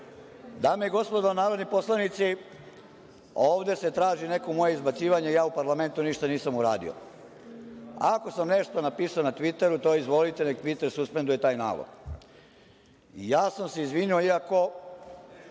i gospodo narodni poslanici, ovde se traži neko moje izbacivanje, ja u parlamentu ništa nisam uradio. Ako sam nešto napisao na tviteru to izvolite, nek tviter suspenduje taj nalog. Ja sam se izvinio iako